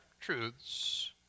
truths